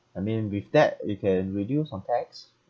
I mean with that it can reduce on tax